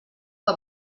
que